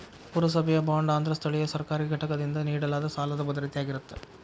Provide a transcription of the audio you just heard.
ಪುರಸಭೆಯ ಬಾಂಡ್ ಅಂದ್ರ ಸ್ಥಳೇಯ ಸರ್ಕಾರಿ ಘಟಕದಿಂದ ನೇಡಲಾದ ಸಾಲದ್ ಭದ್ರತೆಯಾಗಿರತ್ತ